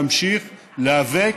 להמשיך להיאבק